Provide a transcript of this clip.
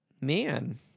man